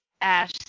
Ash